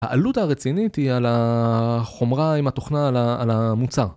העלות הרצינית היא על החומרה עם התוכנה על ה... על המוצר